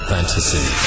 Fantasy